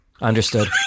Understood